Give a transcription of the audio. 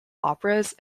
operas